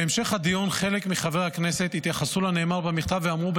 בהמשך הדיון חלק מחברי הכנסת התייחסו לנאמר במכתב ואמרו,